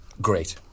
great